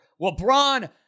LeBron